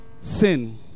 sin